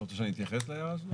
אתה רוצה שאני אתייחס להערה הזאת?